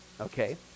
Okay